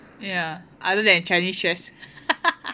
ya other than Chinese chess